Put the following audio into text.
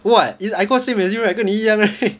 what I got same as you right 跟你一样 right